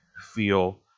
feel